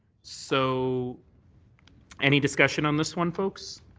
so any discussion on this one, folks?